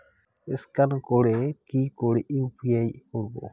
Scan করে কি করে ইউ.পি.আই করবো?